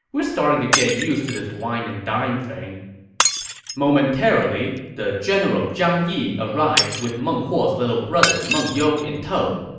we're starting to get used to this wine-and-dine thing momentarily, the general zhang yi arrived with meng huo's little brother meng you in tow.